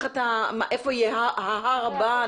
איפה יהיה ההר הבא,